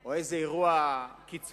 או איזה אירוע קיצוני.